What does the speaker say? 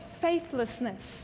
faithlessness